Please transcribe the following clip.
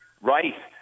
right